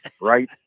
right